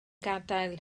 gadael